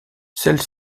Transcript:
celle